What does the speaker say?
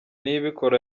niyibikora